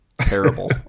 terrible